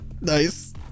Nice